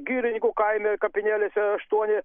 girininkų kaime kapinėlėse aštuoni